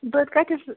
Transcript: کَتیٚس